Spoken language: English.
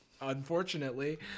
unfortunately